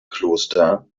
kloster